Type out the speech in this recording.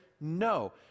no